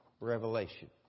revelation